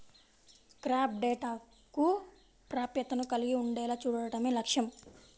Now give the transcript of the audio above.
crop డేటాకు ప్రాప్యతను కలిగి ఉండేలా చూడడమే లక్ష్యం